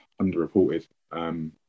underreported